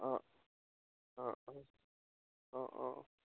অঁ অঁ অঁ অঁ অঁ অঁ